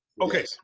Okay